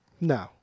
No